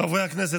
חברי הכנסת,